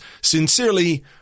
Sincerely